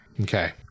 Okay